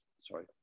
sorry